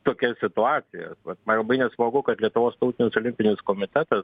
tokias situacijas vat man labai nesmagu kad lietuvos tautinis olimpinis komitetas